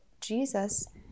Jesus